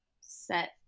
set